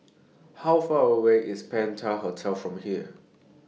How Far away IS Penta Hotel from here